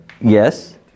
yes